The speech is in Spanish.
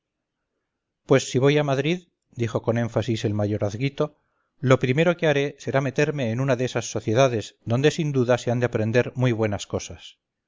pues si voy a madrid dijo con énfasis el mayorazguito lo primero que haré será meterme en una de esas sociedades donde sin duda se han de aprender muy buenas cosas